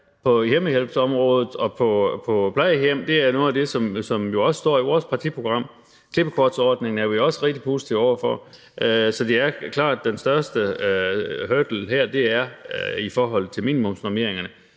på hjemmehjælpsområdet og på plejehjem er noget af det, som jo også står i vores partiprogram. Klippekortsordningen er vi også rigtig positive over for. Så det er klart, at den største hurdle her er i forhold til minimumsnormeringerne,